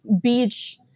Beach